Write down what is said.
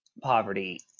poverty